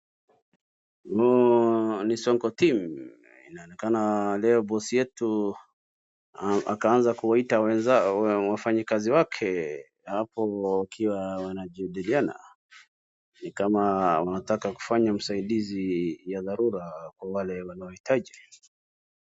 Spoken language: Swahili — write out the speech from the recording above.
Huu ni sonko timu ,inaonekana leo bosi wetu akanza kuwaita wenzao wafanyikazi wake hapo ikiwa wanajadiliana ni kama wanataka kufanya usaidizi ya dharura kwa wale wanaohitaji.